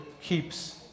keeps